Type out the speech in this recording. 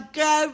go